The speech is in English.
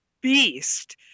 beast